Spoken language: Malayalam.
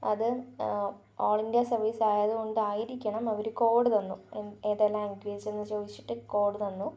അത് ഓൾ ഇന്ത്യ സർവീസ് ആയതു കൊണ്ടായിരിക്കണം അവർ കോഡ് തന്നു എ ഏതെല്ലാം ചോദിച്ചിട്ടു കോഡ് തന്നു